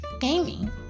gaming